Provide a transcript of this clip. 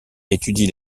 étudie